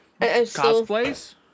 Cosplays